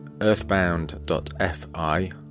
earthbound.fi